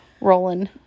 Rolling